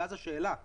השאלה היא,